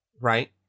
right